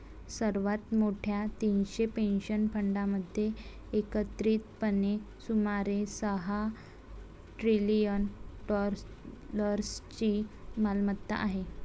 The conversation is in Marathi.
सर्वात मोठ्या तीनशे पेन्शन फंडांमध्ये एकत्रितपणे सुमारे सहा ट्रिलियन डॉलर्सची मालमत्ता आहे